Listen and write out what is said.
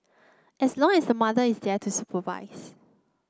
as long as the mother is there to supervise